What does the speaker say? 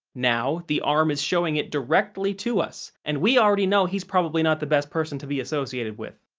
now the arm is showing it directly to us, and we already know he's probably not the best person to be associated with.